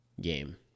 game